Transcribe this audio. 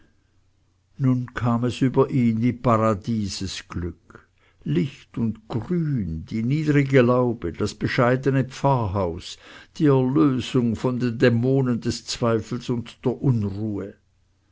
nun kam es über ihn wie paradiesesglück licht und grün die niedrige laube das bescheidene pfarrhaus die erlösung von den dämonen des zweifels und der unruhe